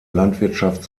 landwirtschaft